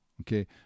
Okay